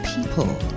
people